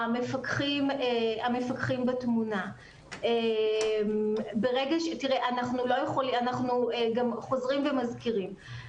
המפקחים בתמונה, אנחנו גם חוזרים ומזכירים.